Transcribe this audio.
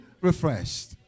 refreshed